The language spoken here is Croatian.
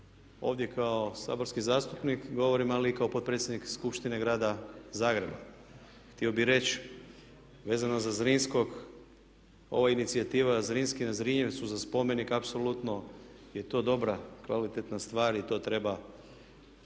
Ovdje kao saborski zastupnik govorim ali i kao potpredsjednik Skupštine Grada Zagreba. Htio bih reći vezano za Zrinskog ova inicijativa Zrinski na Zrinjevcu za spomenik apsolutno je to dobra kvalitetna stvar i to treba ostvariti.